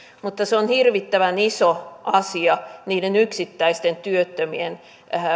mutta se on hirvittävän iso asia niiden yksittäisten työttömien